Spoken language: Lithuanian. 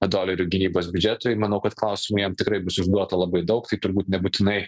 dolerių gynybos biudžetui manau kad klausimų jam tikrai bus užduota labai daug tai turbūt nebūtinai